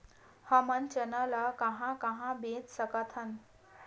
हमन चना ल कहां कहा बेच सकथन?